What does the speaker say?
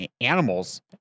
animals